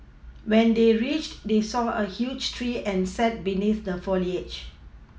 when they reached they saw a huge tree and sat beneath the foliage